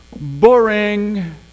boring